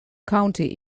county